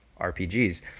RPGs